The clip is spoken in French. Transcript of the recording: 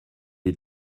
est